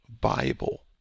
Bible